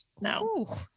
no